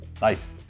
Nice